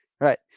right